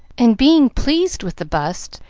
and being pleased with the bust,